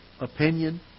opinion